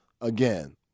again